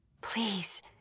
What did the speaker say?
Please